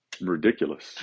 ridiculous